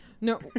No